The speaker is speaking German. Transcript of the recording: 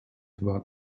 war